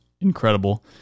incredible